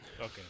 Okay